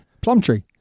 Plumtree